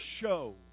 show